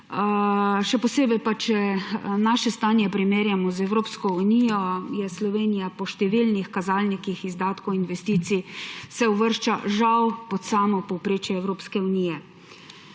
še posebej če naše stanje primerjamo z Evropsko unijo, se Slovenija po številnih kazalnikih izdatkov investicij uvršča žal pod povprečje Evropske unije.